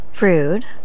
Rude